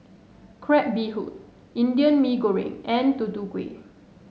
Crab Bee Hoon Indian Mee Goreng and Tutu Kueh